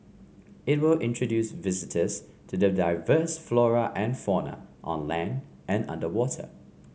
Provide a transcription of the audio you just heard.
it will introduce visitors to the diverse flora and fauna on land and underwater